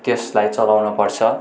त्यसलाई चलाउनपर्छ